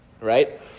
Right